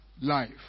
life